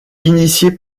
initié